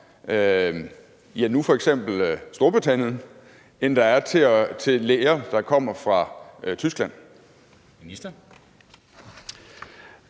nu f.eks. Storbritannien, end der er til læger, der kommer fra Tyskland? Kl.